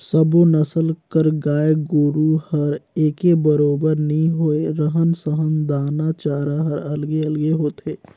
सब्बो नसल कर गाय गोरु हर एके बरोबर नी होय, रहन सहन, दाना चारा हर अलगे अलगे होथे